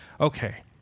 Okay